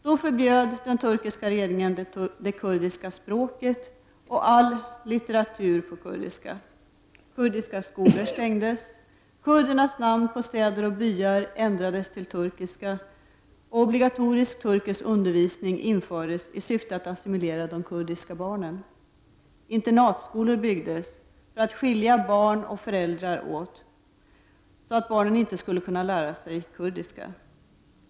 Då förbjöd den turkiska regeringen det kurdiska språket och all litteratur på kurdiska. Kurdiska skolor stängdes, kurdernas namn på städer och byar ändrades till turkiska, obligatorisk turkisk undervisning infördes i syfte att assimilera de kurdiska barnen. Internatskolor byggdes för att skilja barn och föräldrar åt så att barnen inte skulle kunna lära sig kurdiska.